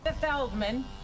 Feldman